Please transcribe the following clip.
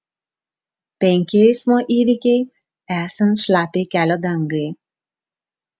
penki eismo įvykiai esant šlapiai kelio dangai